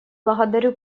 благодарю